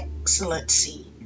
excellency